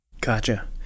Gotcha